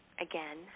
again